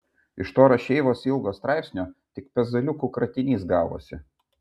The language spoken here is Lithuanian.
iš to rašeivos ilgo straipsnio tik pezaliukų kratinys gavosi